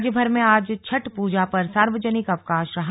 राज्यभर में आज छठ पूजा पर सार्वजनिक अवकाश रहा